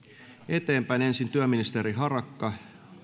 eteenpäin ensin työministeri harakka